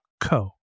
co